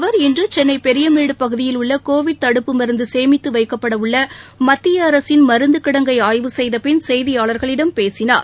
அவர் இன்று சென்னை பெரியமேடு பகுதியில் உள்ள கோவிட் தடுப்பு மருந்து சேமித்து வைக்கப்பட உள்ள மத்திய அரசின் மருந்து கிடங்கை ஆய்வு செய்த பின் செய்தியாளர்களிடம் பேசினார்